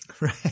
Right